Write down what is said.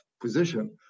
position